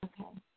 Okay